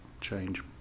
change